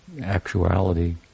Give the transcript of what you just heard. actuality